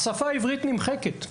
השפה העברית נמחקת.